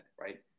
right